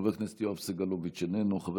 חבר הכנסת יואב סגלוביץ' איננו,